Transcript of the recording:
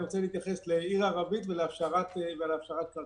אני רוצה להתייחס להקמת עיר ערבית ולהפשרת קרקעות.